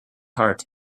heart